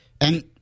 And-